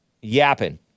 yapping